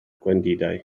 gwendidau